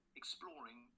exploring